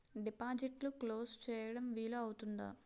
డిపాజిట్లు క్లోజ్ చేయడం వీలు అవుతుందా?